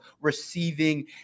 receiving